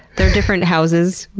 they're different houses,